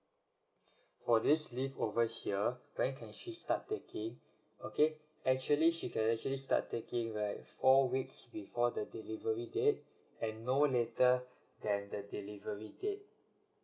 for this leave over here when can she start taking okay actually she can actually start taking right four weeks before the delivery date and no later than the delivery date